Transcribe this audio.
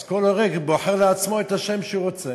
אז כל הורה בוחר לעצמו את השם שהוא רוצה.